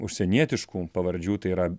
užsienietiškų pavardžių tai yra